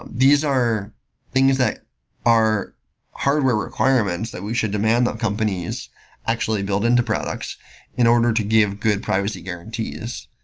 these are things that are hardware requirements that we should demand on companies actually build into products in order to give good privacy guarantees.